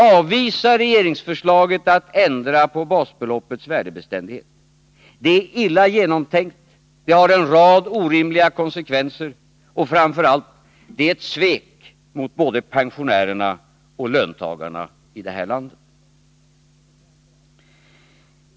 Avvisa regeringsförslaget om att ändra på basbeloppets värdebeständighet — det är illa genomtänkt, det har en rad orimliga konsekvenser och, framför allt, det är ett svek mot både pensionärerna och löntagarna i det här landet.